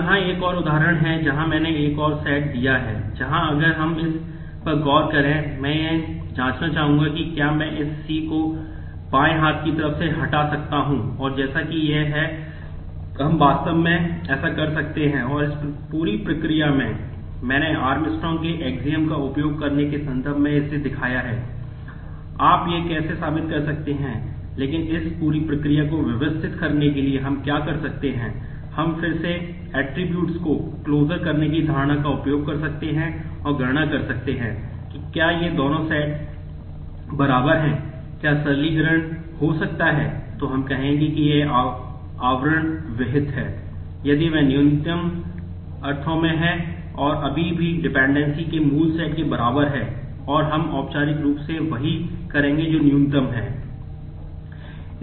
तो यहाँ एक और उदाहरण है जहाँ मैंने एक और सेट के बराबर है और हम औपचारिक रूप से वही करेंगे जो न्यूनतम है